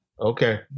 Okay